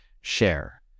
share